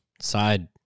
side